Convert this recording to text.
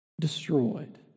destroyed